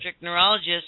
neurologist